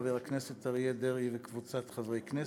חבר הכנסת אריה דרעי וקבוצת חברי הכנסת,